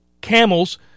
camels